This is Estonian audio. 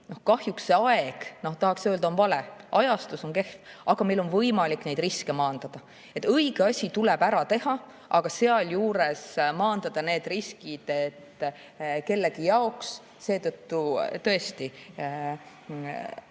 Kahjuks aeg on vale, ajastus on kehv. Aga meil on võimalik neid riske maandada. Õige asi tuleb ära teha, aga sealjuures maandada need riskid, et kellegi jaoks tõesti